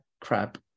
crap